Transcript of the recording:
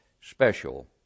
special